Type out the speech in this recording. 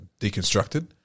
deconstructed